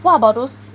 what about those